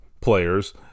players